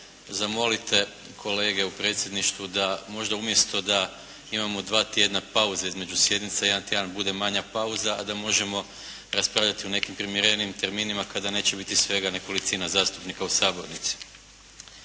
zamolite kolege u predsjedništvu da možda umjesto da imamo 2 tjedna pauze između sjednica jedan tjedan bude manja pauza, a da možemo raspravljati u nekim primjerenijim terminima kada neće biti svega nekolicina zastupnika u sabornici.